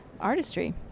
artistry